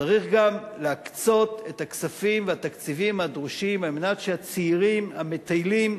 צריך גם להקצות את הכספים והתקציבים הדרושים על מנת שהצעירים המטיילים,